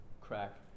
crack